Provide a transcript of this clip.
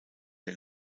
der